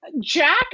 Jack